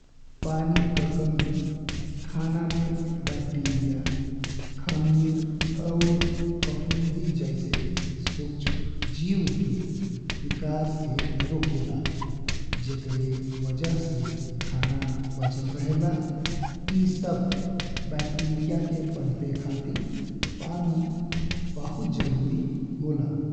पानी का कमी खाना में बैक्टीरिया, खमीर और फफूंदी जैसे सूक्ष्म जीव के विकास के रोकेला। जेकरा वजह से खाना बचल रहेला ई सब बैक्टीरिया के पनपे खातिर पानी बहुत जरूरी होला।